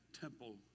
temple